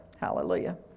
Hallelujah